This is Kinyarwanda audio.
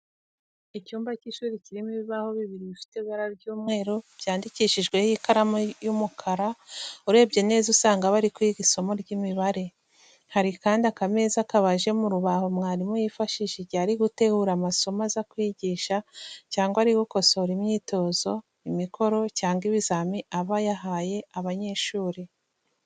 Icyumba cy'ishuri kirimo ibibaho bibiri bifite ibara ry'umweru byandikishijweho ikaramu y'umukara, urebye neza usanga bari kwiga isomo ry'imibare. Hari kandi akameza kabaje mu rubaho mwarimu yifashisha igihe ari gutegura amasomo aza kwigisha cyangwa ari gukosora imyitozo, imikoro cyangwa ibizami aba yahaye abanyeshuri.